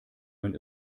man